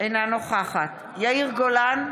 אינו נוכח קרן ברק, אינה נוכחת יאיר גולן,